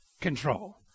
control